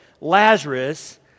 Lazarus